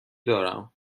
دارم